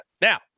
Now